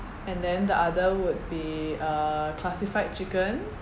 and then the other would be uh classified chicken